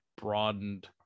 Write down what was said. broadened